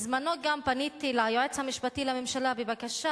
בזמנו גם פניתי ליועץ המשפטי לממשלה בבקשה